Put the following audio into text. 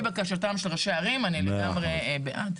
בקשתם של ראשי הערים אני לגמרי בעד.